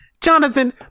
Jonathan